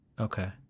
Okay